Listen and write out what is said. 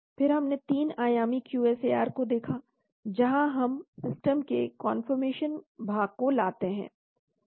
फिर हमने 3 आयामी QSAR को देखा जहां हम सिस्टम के कंफर्मेशन भाग को लाते हैं